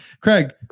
Craig